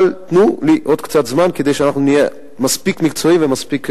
אבל תנו לי עוד קצת זמן כדי שאנחנו נהיה מספיק מקצועיים ומספיק יסודיים.